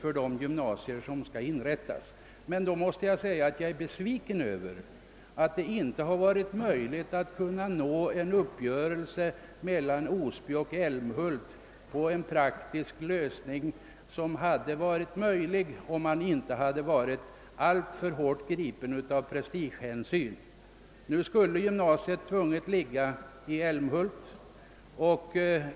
Jag är emellertid besviken över att det inte varit möjligt att uppnå en uppgörelse mellan Osby och Älmhult om en praktisk lösning, ty en sådan hade varit möjlig om man inte varit alltför hårt bunden av prestigehänsyn. Nu skulle gymnasiet tvunget ligga i Älmhult.